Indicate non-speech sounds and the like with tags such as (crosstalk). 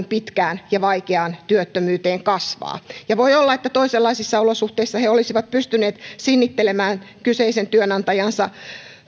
(unintelligible) pitkään ja vaikeaan työttömyyteen kasvaa ja voi olla että toisenlaisissa olosuhteissa he olisivat pystyneet sinnittelemään kyseisen työnantajansa